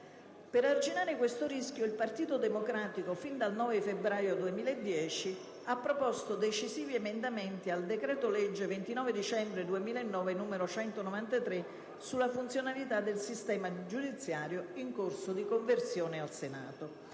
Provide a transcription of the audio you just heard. Per arginare questo rischio il Partito Democratico, fin dal 9 febbraio 2010, ha proposto decisivi emendamenti al decreto-legge 29 dicembre 2009, n. 193, sulla funzionalità del sistema giudiziario in corso di conversione al Senato,